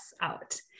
out